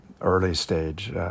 early-stage